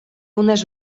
unes